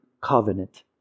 covenant